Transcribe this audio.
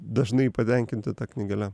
dažnai patenkinti ta knygele